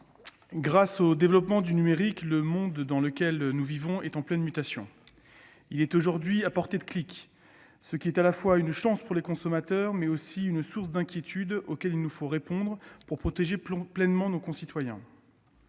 grâce au développement du numérique, le monde dans lequel nous vivons est en pleine mutation. Il est aujourd'hui à portée de clic, ce qui est à la fois une chance pour les consommateurs, mais aussi une source d'inquiétudes auxquelles il nous faut répondre pour protéger pleinement nos concitoyens.